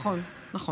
נכון, נכון.